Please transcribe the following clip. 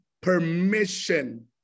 permission